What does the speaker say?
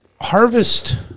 harvest